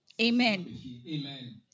Amen